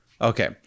okay